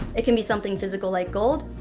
it can be something physical like gold,